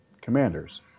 Commanders